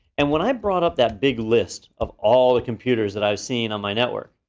and when i brought up that big list of all the computers that i've seen on my network,